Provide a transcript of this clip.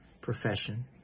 profession